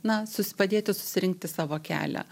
na sus padėti susirinkti savo kelią